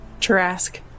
Trask